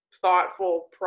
thoughtful